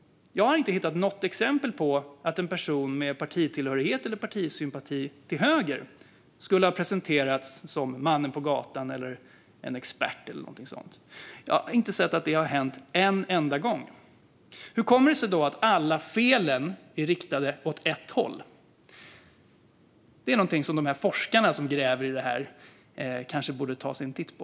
Jag har inte hittat något exempel på att en person med partitillhörighet eller partisympati till höger skulle ha presenterats som mannen på gatan, som expert eller liknande. Jag har inte sett att det har hänt en enda gång. Hur kommer det sig då att alla fel är riktade åt ett håll? Det är någonting som de forskare som gräver i detta kanske borde ta sig en titt på.